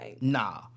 Nah